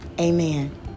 amen